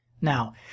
Now